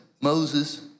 Moses